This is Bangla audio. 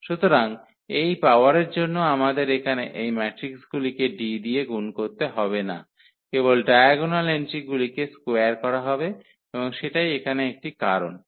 সুতরাং এই পাওয়ারের জন্য আমাদের এখানে এই ম্যাট্রিকগুলিকে D দিয়ে গুণ করতে হবে না কেবল ডায়াগোনাল এন্ট্রিগুলিকে স্কোয়ার করা হবে এবং সেটাই এখানে একটি কারণ